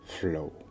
flow